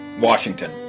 Washington